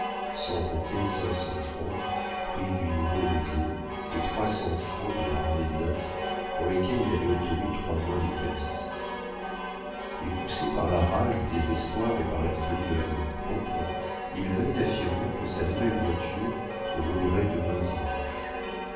sans compter cinq cents francs prix du nouveau rougeot et trois cents francs de harnais neufs pour lesquels il avait obtenu trois mois de crédit et poussé par la rage du désespoir et par la folie de l'amour-propre il venait d'affirmer que sa nouvelle voiture roulerait demain dimanche